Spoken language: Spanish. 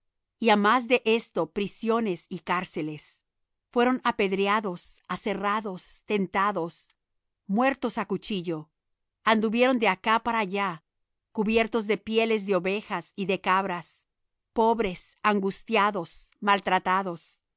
á más de esto prisiones y cárceles fueron apedreados aserrados tentados muertos á cuchillo anduvieron de acá para allá cubiertos de pieles de ovejas y de cabras pobres angustiados maltratados